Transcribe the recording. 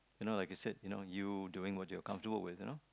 you know like I said you know you doing what you are comfortable with you know